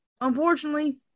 unfortunately